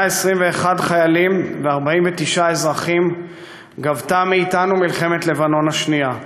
121 חיילים ו-49 אזרחים גבתה מאתנו מלחמת לבנון השנייה,